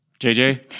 JJ